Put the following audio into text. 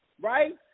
right